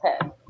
head